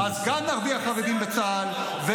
אז גם נרוויח חרדים בצה"ל ----- אג'נדות.